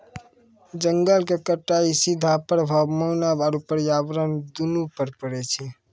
जंगल के कटाइ के सीधा प्रभाव मानव आरू पर्यावरण दूनू पर पड़ै छै